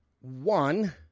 one